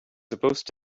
supposed